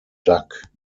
duck